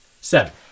Seven